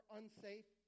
unsafe